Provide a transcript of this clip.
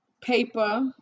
paper